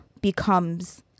becomes